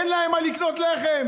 אין להם עם מה לקנות לחם.